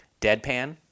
Deadpan